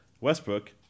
Westbrook